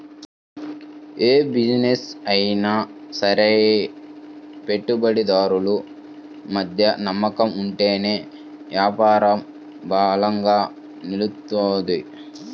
యే బిజినెస్ అయినా సరే పెట్టుబడిదారులు మధ్య నమ్మకం ఉంటేనే యాపారం బలంగా నిలుత్తది